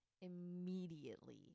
immediately